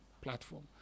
platform